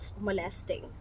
molesting